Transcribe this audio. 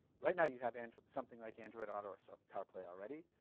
right now you have and something like android auto or so carplay already,